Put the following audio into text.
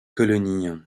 colonie